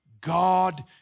God